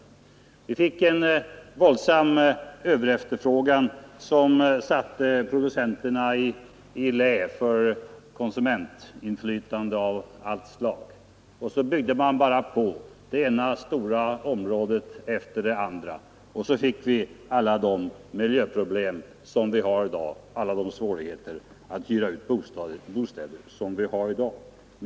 Vi fick en våldsam överefterfrågan som satte producenterna i lä för konsumentinflytande av allt slag, och så byggde man bara på, det ena stora området efter det andra, och så fick vi alla de miljöproblem och svårigheter att hyra ut bostäder som vi har i dag.